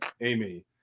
Amy